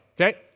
okay